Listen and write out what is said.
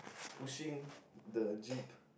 pushing the jeep